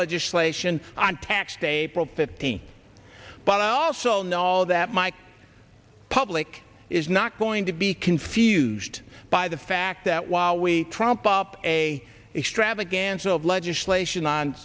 legislation on tax day april fifteenth but i also know that my public is not going to be confused by the fact that while we prop up a extravaganza of legislation on